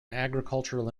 agricultural